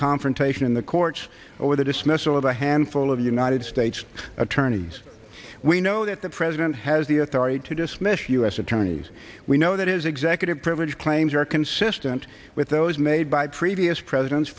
confrontation in the courts over the dismissal of a handful of united states attorneys we know that the president has the authority to dismiss u s attorneys we know that his executive privilege claims are consistent with those made by previous presidents